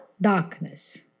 darkness